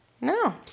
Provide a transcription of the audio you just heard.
No